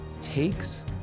takes